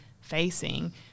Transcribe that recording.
facing